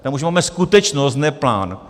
Tam už máme skutečnost, ne plán.